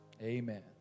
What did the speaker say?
Amen